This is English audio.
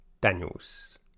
Daniels